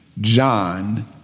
John